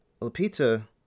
lapita